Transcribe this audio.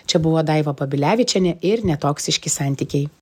čia buvo daiva babilevičienė ir netoksiški santykiai